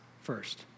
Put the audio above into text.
first